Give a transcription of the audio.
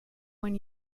when